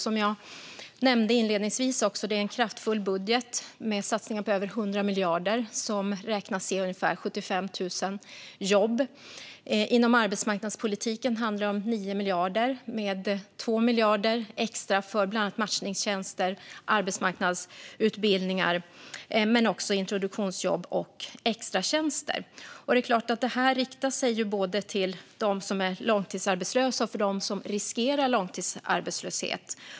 Som jag nämnde inledningsvis har vi också lagt fram en kraftfull budget med satsningar på över 100 miljarder, vilket beräknas ge ungefär 75 000 jobb. Inom arbetsmarknadspolitiken handlar det om 9 miljarder, med 2 miljarder extra för bland annat matchningstjänster och arbetsmarknadsutbildningar, liksom introduktionsjobb och extratjänster. Detta riktar sig självklart både till dem som är långtidsarbetslösa och till dem som riskerar långtidsarbetslöshet.